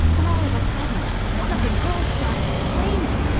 when all of a sudden one of the girls started screaming.